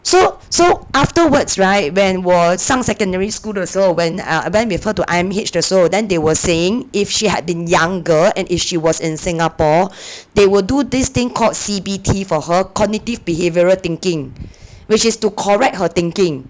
so so afterwards [right] when 我上 secondary school 的时候 when I went with her to I_M_H 的时候 then they were saying if she had been younger and if she was in singapore they will do this thing called C_B_T for her cognitive behavioural thinking which is to correct her thinking